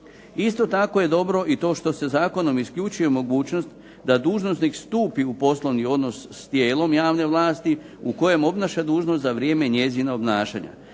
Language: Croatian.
Isto tako je dobro i to što se zakonom isključuje mogućnost da dužnosnik stupi u poslovni odnos s tijelom javne vlasti u kojem obnaša dužnost za vrijeme njezina obnašanja